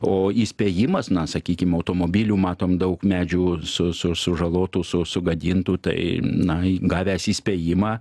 o įspėjimas na sakykim automobilių matom daug medžių su su sužalotų su sugadintų tai na gavęs įspėjimą